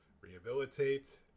rehabilitate